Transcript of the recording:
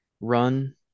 run